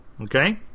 Okay